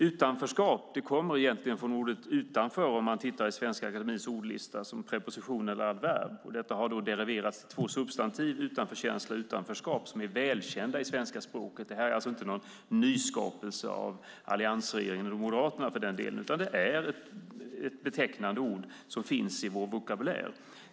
Utanförskap kommer egentligen från ordet utanför, om man tittar i Svenska Akademiens ordlista, som preposition eller adverb. Från detta kan två substantiv deriveras, utanförkänsla och utanförskap, som är välkända i svenska språket. Detta är alltså inte någon nyskapelse av alliansregeringen eller Moderaterna, utan det är ett betecknande ord som finns i vår vokabulär.